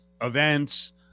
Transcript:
events